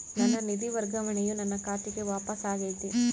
ನನ್ನ ನಿಧಿ ವರ್ಗಾವಣೆಯು ನನ್ನ ಖಾತೆಗೆ ವಾಪಸ್ ಆಗೈತಿ